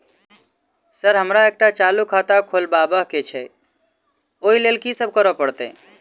Sir हमरा एकटा चालू खाता खोलबाबह केँ छै ओई लेल की सब करऽ परतै?